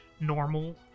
Normal